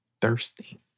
thirsty